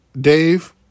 Dave